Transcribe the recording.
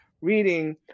reading